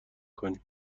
کنی